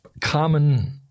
common